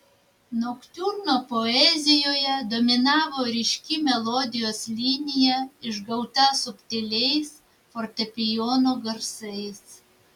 noktiurno poezijoje dominavo ryški melodijos linija išgauta subtiliais fortepijono garsais